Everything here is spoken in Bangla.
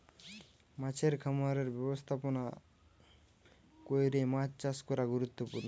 মাছের খামারের ব্যবস্থাপনা কইরে মাছ চাষ করা গুরুত্বপূর্ণ